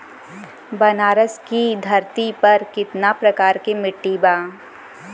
बनारस की धरती पर कितना प्रकार के मिट्टी बा?